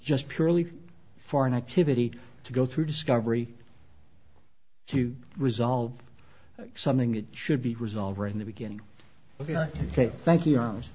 just purely for an activity to go through discovery to resolve something it should be resolved right in the beginning but i thank you